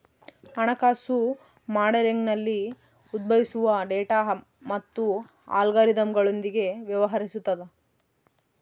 ಹಣಕಾಸು ಮಾಡೆಲಿಂಗ್ನಲ್ಲಿ ಉದ್ಭವಿಸುವ ಡೇಟಾ ಮತ್ತು ಅಲ್ಗಾರಿದಮ್ಗಳೊಂದಿಗೆ ವ್ಯವಹರಿಸುತದ